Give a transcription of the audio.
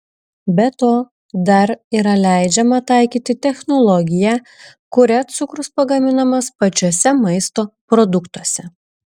be to dar yra leidžiama taikyti technologiją kuria cukrus pagaminamas pačiuose maisto produktuose